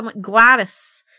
Gladys